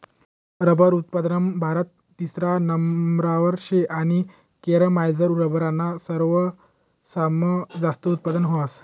rubber उत्पादनमा भारत तिसरा नंबरवर शे आणि केरयमझार रबरनं सरवासमा जास्त उत्पादन व्हस